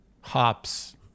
Hops